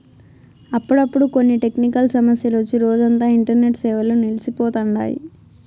అప్పుడప్పుడు కొన్ని టెక్నికల్ సమస్యలొచ్చి రోజంతా ఇంటర్నెట్ సేవలు నిల్సి పోతండాయి